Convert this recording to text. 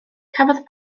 cafodd